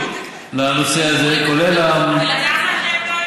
כל כך כואב,